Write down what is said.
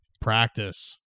practice